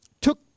took